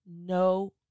no